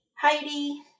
Heidi